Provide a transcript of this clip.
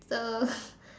the